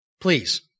Please